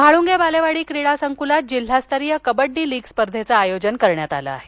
म्हाल्गे बालेवाडी क्रीडा संक्लात जिल्हास्तरीय कबड्डी लीग स्पर्धेचं आयोजन करण्यात आलं आहे